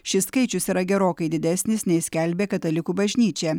šis skaičius yra gerokai didesnis nei skelbė katalikų bažnyčia